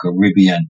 Caribbean